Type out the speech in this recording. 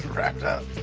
wrapped up.